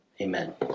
Amen